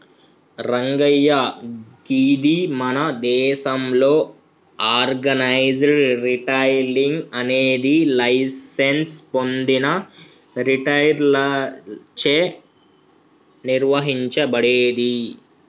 రంగయ్య గీది మన దేసంలో ఆర్గనైజ్డ్ రిటైలింగ్ అనేది లైసెన్స్ పొందిన రిటైలర్లచే నిర్వహించబడేది